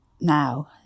now